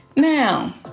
Now